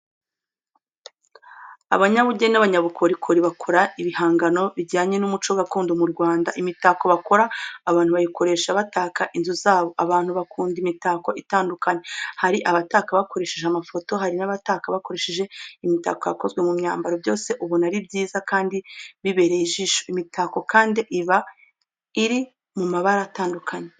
Abanyabugeni n'abanyabukorikori bakora ibihangano bijyanye n'umuco gakondo mu Rwanda; Imitako bakora abantu bayikoresha bataka inzu zabo. Abantu bakunda imitako itandukanye, hari abataka bakoresheje amafoto, hari nabataka bakoresheje imitako yakozwe mu myambaro, byose ubona ari byiza kandi bibereye ijisho. Imitako kandi iba iri mu mabara atandukanye.